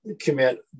commit